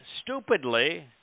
stupidly